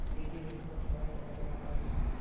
piggy बैंकोत छुआ लार पैसा जमा कराल जाहा